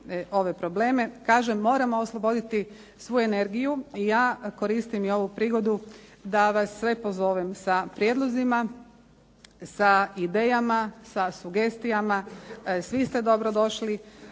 ove probleme. Kažem, moramo osloboditi svu energiju i ja koristim i ovu prigodu da vas sve pozovem sa prijedlozima, sa idejama, sa sugestijama. Svi ste dobrodošli.